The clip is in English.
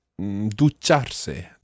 ducharse